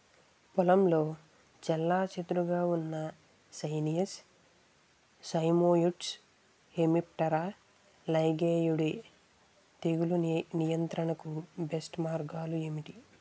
పొలంలో చెల్లాచెదురుగా ఉన్న నైసియస్ సైమోయిడ్స్ హెమిప్టెరా లైగేయిడే తెగులు నియంత్రణకు బెస్ట్ మార్గాలు ఏమిటి?